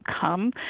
come